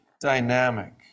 dynamic